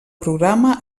programa